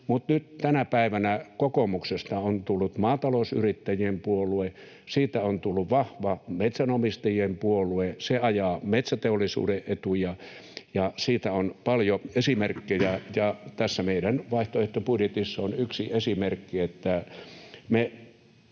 mutta nyt tänä päivänä kokoomuksesta on tullut maatalousyrittäjien puolue, siitä on tullut vahva metsänomistajien puolue, joka ajaa metsäteollisuuden etuja, ja siitä on paljon esimerkkejä. Tässä meidän vaihtoehtobudjetissamme on yksi esimerkki,